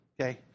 Okay